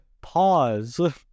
Pause